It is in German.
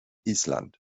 island